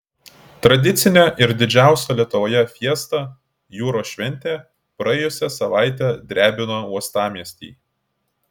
tradicinė ir didžiausia lietuvoje fiesta jūros šventė praėjusią savaitę drebino uostamiestį